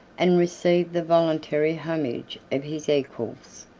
and received the voluntary homage of his equals.